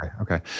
Okay